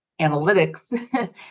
analytics